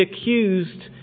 accused